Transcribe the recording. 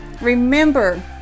remember